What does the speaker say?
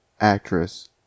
actress